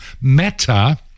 meta